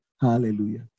Hallelujah